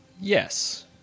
Yes